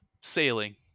sailing